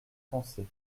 français